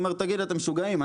אמר 'תגידו אתם משוגעים?